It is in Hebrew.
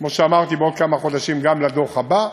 כמו שאמרתי, בעוד כמה חודשים גם לדוח הבא.